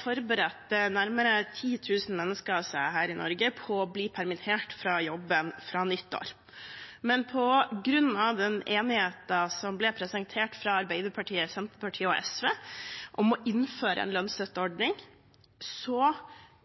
forberedte nærmere 10 000 mennesker her i Norge seg på å bli permittert fra jobben fra nyttår, men på grunn av den enigheten som ble presentert fra Arbeiderpartiet, Senterpartiet og SV om å innføre en lønnsstøtteordning,